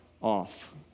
off